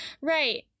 Right